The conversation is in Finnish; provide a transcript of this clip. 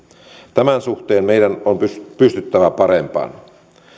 tämän suhteen meidän on pystyttävä parempaan